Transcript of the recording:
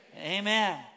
amen